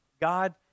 God